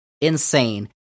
insane